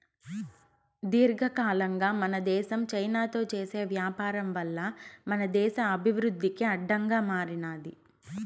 దీర్ఘకాలంగా మన దేశం చైనాతో చేసే వ్యాపారం వల్ల మన దేశ అభివృద్ధికి అడ్డంగా మారినాది